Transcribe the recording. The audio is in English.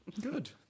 Good